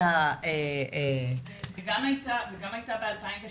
וגם ב- 2017